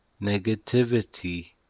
negativity